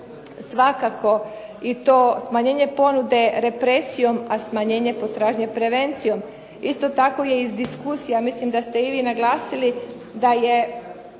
i to smanjenje ponude represijom a smanjenje potražnje prevencijom. Isto tako je iz diskusije, mislim da ste i vi naglasili, da je